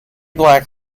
black